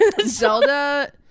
Zelda